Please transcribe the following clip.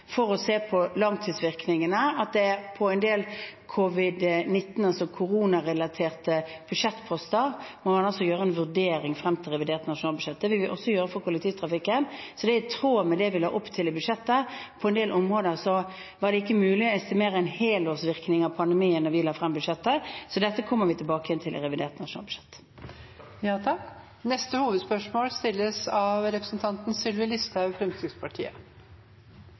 for å se på langtidsvirkningene. På en del koronarelaterte budsjettposter må man altså gjøre en vurdering frem til revidert nasjonalbudsjett. Det vil vi også gjøre for kollektivtrafikken. Så det er i tråd med det vi la opp til i budsjettet. På en del områder var det ikke mulig å estimere en helårsvirkning av pandemien da vi la frem budsjettet, så dette kommer vi tilbake til i revidert nasjonalbudsjett. Vi går videre til neste hovedspørsmål.